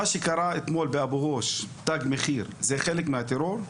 מה שקרה אתמול באבו גוש, תג מחיר, זה חלק מהטרור?